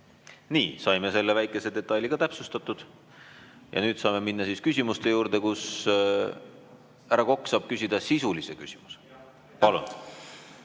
Nii, saime selle väikese detaili täpsustatud. Ja nüüd saame minna küsimuste juurde. Härra Kokk saab küsida sisulise küsimuse. Palun!